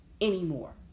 anymore